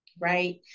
right